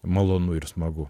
malonu ir smagu